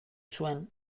zuen